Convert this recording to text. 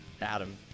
Adam